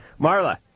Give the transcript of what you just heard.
Marla